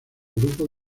grupos